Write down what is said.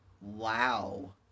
Wow